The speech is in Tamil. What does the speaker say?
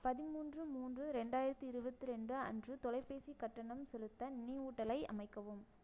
பதிமூன்று மூன்று ரெண்டாயிரத்தி இருவத்திரெண்டு அன்று தொலைபேசி கட்டணம் செலுத்த நினைவூட்டலை அமைக்கவும்